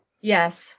Yes